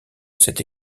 cette